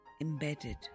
embedded